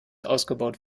ausgebaut